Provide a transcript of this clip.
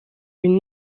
une